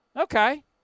Okay